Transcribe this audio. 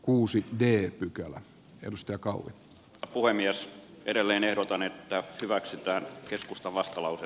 uusi deep pykälä edustajakautta apuvoimia se edelleen ehdotan että hyväksytään keskustan vastalause